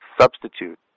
substitute